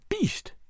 beast